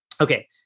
Okay